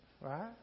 Right